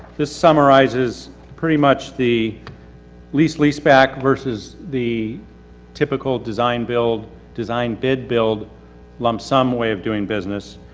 this summarizes pretty much the lease leaseback versus the typical design build, design bid build lump sum way of doing business.